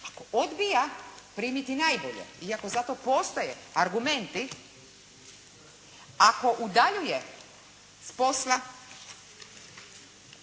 Ako odbija primiti najbolje i ako za to postoje argumenti, ako udaljava s posla